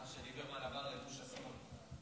מה, כשליברמן עבר לגוש השמאל?